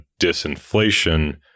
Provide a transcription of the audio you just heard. disinflation